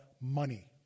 money